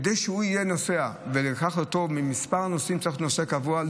כדי שהוא יהיה נוסע וניקח אותו במספר הנוסעים הוא צריך להיות נוסע קבוע.